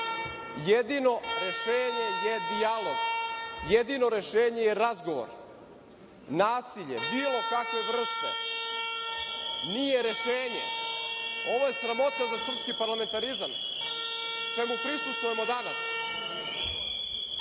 jedino rešenje je dijalog, jedino rešenje je razgovor. Nasilje bilo kakve vrste nije rešenje. Ovo je sramota za srpski parlamentarizam čemu prisustvujemo danas.